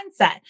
mindset